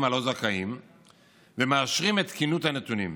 הלא-זכאים ומאשרים את תקינות הנתונים,